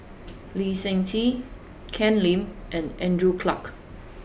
Lee Seng Tee Ken Lim and Andrew Clarke